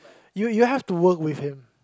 you you have to work with him